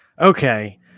Okay